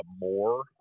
more